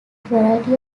variety